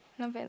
not bad